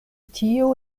tio